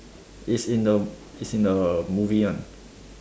it's in the it's in the movie [one]